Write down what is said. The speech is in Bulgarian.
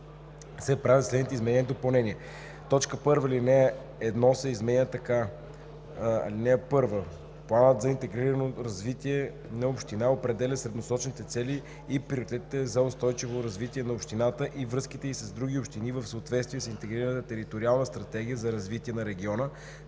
се правят следните изменения и допълнения: 1. Алинея 1 се изменя така: „(1) Планът за интегрирано развитие на община определя средносрочните цели и приоритети за устойчиво развитие на общината и връзките ѝ с други общини в съответствие с интегрираната териториална стратегия за развитие на региона